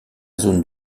zone